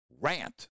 Rant